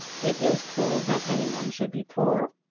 it is cruel that any one should be poor,